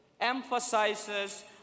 emphasizes